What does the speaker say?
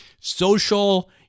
Social